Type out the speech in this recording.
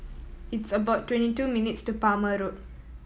it's about twenty two minutes' to Palmer Road